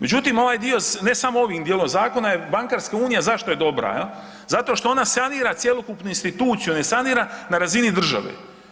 Međutim, ovaj dio ne samo ovim dijelom zakona bankarska unija zašto je dobra jel, zato što ona sanira cjelokupnu instituciju, ne sanira na razini države.